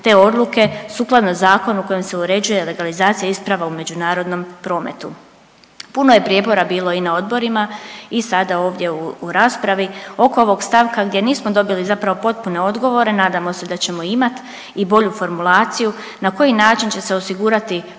te odluke sukladno zakonu kojim se uređuje legalizacija isprava u međunarodnom prometu. Puno je prijepora bilo i na odborima i sada ovdje u raspravi oko ovog stavka gdje nismo dobili zapravo potpune odgovore, nadamo se da ćemo imat i bolju formulaciju na koji način će se osigurati